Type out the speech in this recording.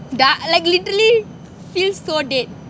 டாக்:daak like literally feel so dead